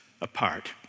apart